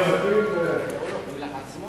אתה יכול כבר לתת את הסעיף